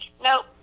nope